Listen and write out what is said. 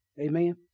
Amen